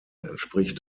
entspricht